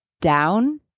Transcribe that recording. down